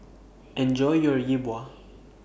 Enjoy your Yi Bua